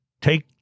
Take